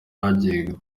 bagiye